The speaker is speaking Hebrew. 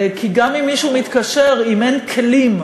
כי גם אם מישהו מתקשר, אם אין כלים,